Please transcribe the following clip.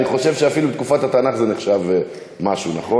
אני חושב שאפילו בתקופת התנ"ך זה נחשב משהו, נכון?